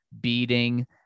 beating